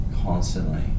constantly